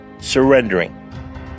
surrendering